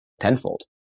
tenfold